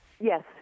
Yes